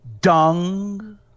Dung